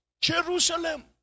Jerusalem